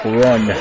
run